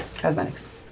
cosmetics